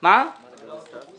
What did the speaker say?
מה לגבי סתיו?